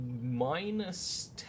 minus